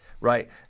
right